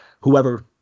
whoever